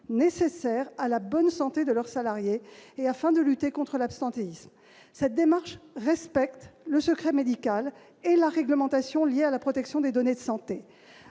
nécessaires à la bonne santé de leurs salariés, et, d'autre part, de lutter contre l'absentéisme. Cette démarche respecte le secret médical et la réglementation concernant la protection des données de santé.